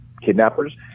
kidnappers